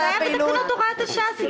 זה היה בתקנות הוראת השעה.